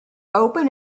open